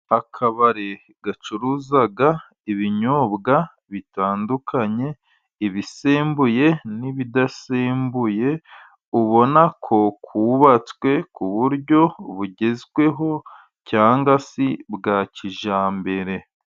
Akabari gacuruza ibinyobwa bitandukanye ibisembuye, n'ibidasembuye. Ubona ko kubatswe ku buryo bugezweho cyangwa se bwa kijyambere.